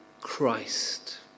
Christ